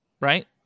right